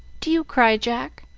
do you cry, jack?